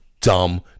dumb